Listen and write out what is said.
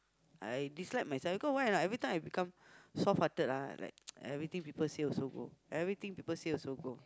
I dislike myself because why or not every time I become soft hearted ah like everything people say also go everything people say also go